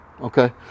Okay